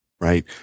right